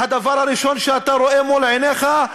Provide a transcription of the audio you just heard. הדבר הראשון שאתה רואה מול עיניך,